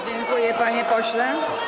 Dziękuję, panie pośle.